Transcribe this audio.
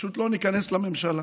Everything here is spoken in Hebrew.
פשוט לא ניכנס לממשלה.